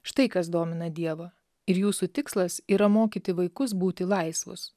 štai kas domina dievą ir jūsų tikslas yra mokyti vaikus būti laisvus